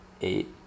eight